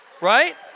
Right